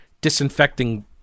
disinfecting